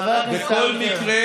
לא, כל מה שגזעני, בכל מקרה,